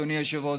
אדוני היושב-ראש,